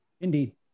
Indeed